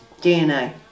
DNA